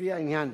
לפי העניין,